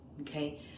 okay